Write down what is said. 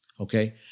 Okay